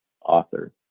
author